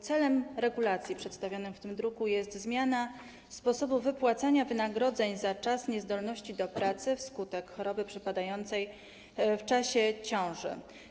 Celem regulacji przedstawionej w tym druku jest zmiana sposobu wypłacania wynagrodzeń za czas niezdolności do pracy wskutek choroby przypadającej w czasie ciąży.